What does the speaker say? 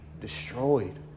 destroyed